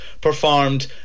performed